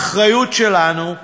האחריות שלנו,